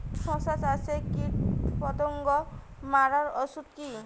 শসা চাষে কীটপতঙ্গ মারার ওষুধ কি?